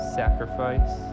sacrifice